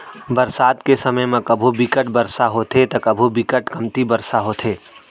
बरसात के समे म कभू बिकट बरसा होथे त कभू बिकट कमती बरसा होथे